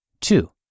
Two